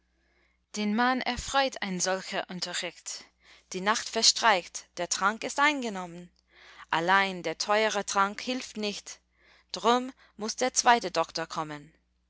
den mann erfreut ein solcher unterricht die nacht verstreicht der trank ist eingenommen allein der teure trank hilft nicht drum muß der zweite doktor kommen